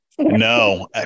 No